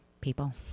people